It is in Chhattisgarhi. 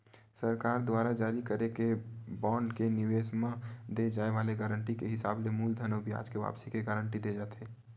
सरकार दुवार जारी करे के बांड के निवेस म दे जाय वाले गारंटी के हिसाब ले मूलधन अउ बियाज के वापसी के गांरटी देय जाथे